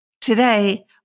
Today